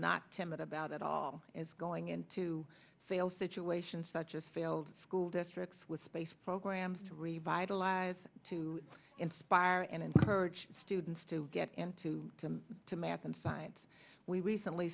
not timid about at all is going into sales situations such as failed school districts with space programs to revitalize to inspire and encourage students to get into them to math and science we recently